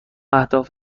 اهداف